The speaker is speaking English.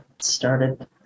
started